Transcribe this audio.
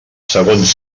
segons